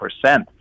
percent